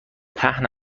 پهن